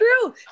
true